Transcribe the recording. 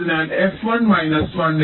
അതിനാൽ fi minus 1